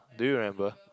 do you remember